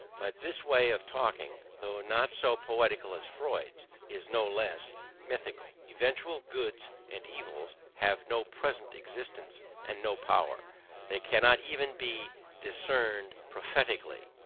but this way of talking, though not so poetical as freud's, is no less mythical. eventual goods and evils have no present existence and no power they cannot even be discerned prophetically,